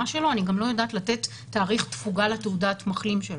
שלו אני גם לא יודעת לתת תאריך תפוגה לתעודת מחלים שלו,